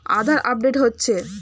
আধার update হচ্ছে?